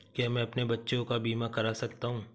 क्या मैं अपने बच्चों का बीमा करा सकता हूँ?